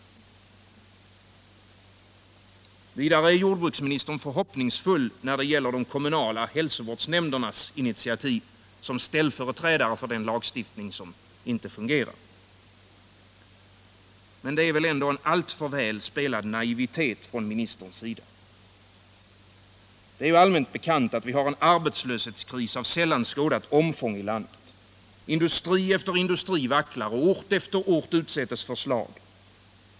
Vidare är jordbruksministern förhoppningsfull när det gäller initiativ från de kommunala hälsovårdsnämnderna som ställföreträdare för den lagstiftning som inte fungerar. Men det är väl ändå en alitför väl spelad naivitet från ministerns sida? Det är ju allmänt bekant att vi har en arbetslöshetskris av sällan skådat omfång i landet. Industri efter industri vacklar, och ort efter ort utsätts för slag.